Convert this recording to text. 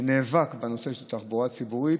שנאבק בנושא התחבורה הציבורית.